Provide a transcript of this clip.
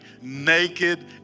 naked